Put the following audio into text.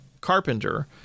Carpenter